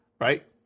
Right